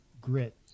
grit